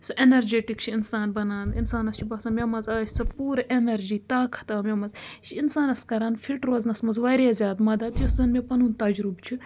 سُہ اٮ۪نَرجَٹِک چھِ اِنسان بَنان اِنسانَس چھِ باسان مےٚ منٛز آے سۄ پوٗرٕ اٮ۪نَرجی طاقت آو مےٚ منٛز یہِ چھِ اِنسانَس کَران فِٹ روزنَس منٛز واریاہ زیادٕ مَدت یُس زَن مےٚ پَنُن تجرُب چھُ